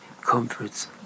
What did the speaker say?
comforts